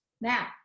Now